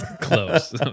Close